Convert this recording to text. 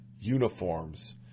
uniforms